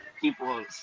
people